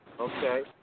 Okay